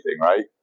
right